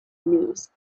news